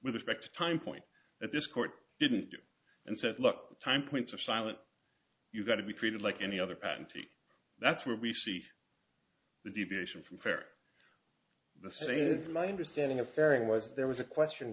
with respect time point at this court didn't do and said look time points are silent you've got to be treated like any other patente that's where we see the deviation from fair the same is my understanding of fairing was there was a question